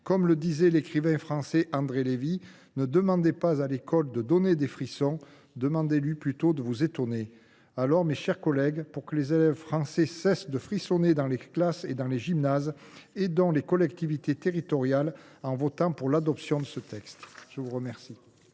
Comme le disait l’écrivain français André Lévy, « ne demandez pas à l’école de vous donner des frissons, demandez lui plutôt de vous étonner ». Alors, mes chers collègues, pour que les élèves français cessent de frissonner dans les classes et les gymnases, aidons les collectivités territoriales en votant pour ce texte ! La parole